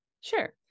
Sure